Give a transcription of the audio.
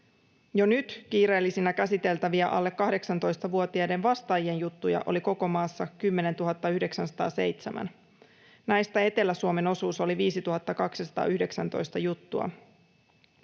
Jo nyt kiireellisinä käsiteltäviä alle 18-vuotiaiden vastaajien juttuja oli koko maassa 10 907. Näistä Etelä-Suomen osuus oli 5 219 juttua,